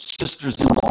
sisters-in-law